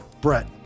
Brett